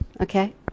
Okay